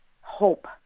hope